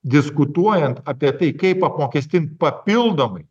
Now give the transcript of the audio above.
diskutuojant apie tai kaip apmokestint papildomai